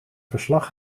verslag